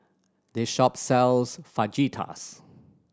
this shop sells Fajitas